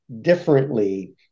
differently